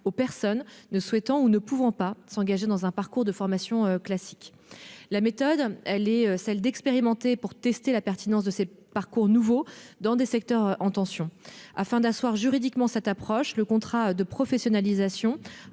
personnes ne souhaitant pas ou ne pouvant pas s'engager dans un parcours de formation classique. La méthode est d'expérimenter pour tester la pertinence de ces parcours nouveaux dans les secteurs en tension. Afin d'asseoir juridiquement cette approche, le contrat de professionnalisation